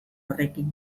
horrekin